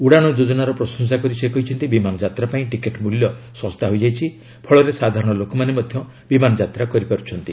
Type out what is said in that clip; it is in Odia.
ଉଡ଼ାଣ ଯୋଜନାର ପ୍ରଶଂସା କରି ସେ କହିଛନ୍ତି ବିମାନ ଯାତ୍ରା ପାଇଁ ଟିକେଟ ମୂଲ୍ୟ ଶସ୍ତା ହୋଇଯାଇଛି ଫଳରେ ସାଧାରଣ ଲୋକମାନେ ମଧ୍ୟ ବିମାନ ଯାତ୍ରା କରିପାରିବେ